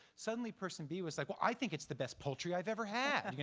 suddenly person b was like, well, i think it's the best poultry i've ever had! i mean